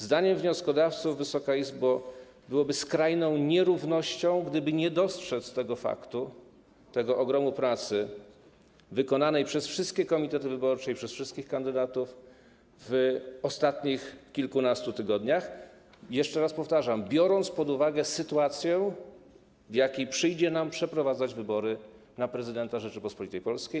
Zdaniem wnioskodawców, Wysoka Izbo, byłoby skrajną nierównością, gdyby nie dostrzeżono tego faktu, tego ogromu pracy wykonanej przez wszystkie komitety wyborcze i przez wszystkich kandydatów w ostatnich kilkunastu tygodniach, jeszcze raz to powtarzam, biorąc pod uwagę sytuację, w jakiej przyjdzie nam przeprowadzać wybory na prezydenta Rzeczypospolitej Polskiej.